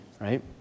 right